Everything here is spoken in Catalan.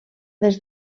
des